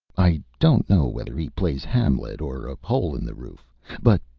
i don't know whether he plays hamlet or a hole in the roof but,